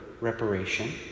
reparation